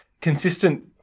consistent